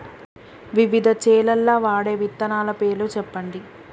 వివిధ చేలల్ల వాడే విత్తనాల పేర్లు చెప్పండి?